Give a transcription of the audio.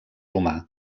humà